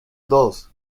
dos